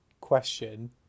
question